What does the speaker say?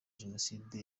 jenoside